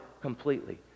completely